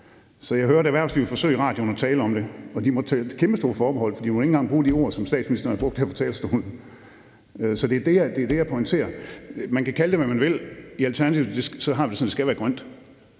Jeg hørte flyerhvervet forsøge at tale om det i radioen, og de måtte tage kæmpestore forbehold, for de måtte ikke engang bruge de ord, som statsministeren har brugt her på talerstolen. Så det er det, jeg pointerer. Man kan kalde det, hvad man vil. I Alternativt har vi det sådan, at det skal være grønt,